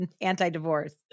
anti-divorce